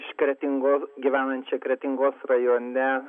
iš kretingos gyvenančią kretingos rajone